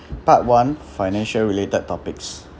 part one financial related topics